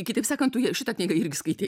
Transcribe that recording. kitaip sakant tu šitą knygą irgi skaitei